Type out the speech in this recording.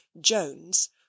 Jones